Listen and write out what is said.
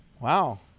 Wow